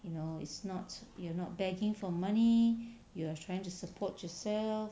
you know it's not you're not begging for money you are trying to support yourself